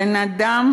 בן-אדם